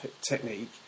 technique